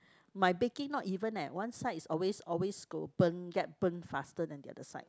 my baking not even leh one side is always always go burn get burn faster than the other side